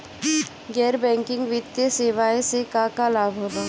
गैर बैंकिंग वित्तीय सेवाएं से का का लाभ होला?